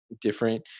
different